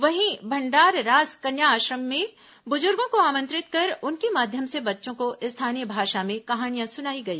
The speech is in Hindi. वहीं भंडाररास कन्या आश्रम में बुजुर्गो को आमंत्रित कर उनके माध्यम से बच्चों को स्थानीय भाषा में कहानियां सुनाई गई